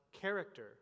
character